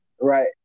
Right